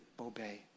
obey